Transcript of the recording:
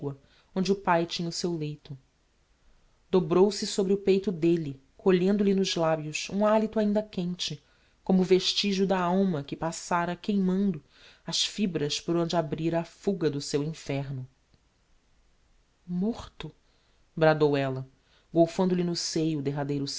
onde o pai tinha o seu leito dobrou-se sobre o peito d'elle colhendo lhe nos labios um halito ainda quente como vestigio da alma que passára queimando as fibras por onde abrira a fuga do seu inferno morto bradou ella golfando lhe no seio o derradeiro